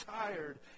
tired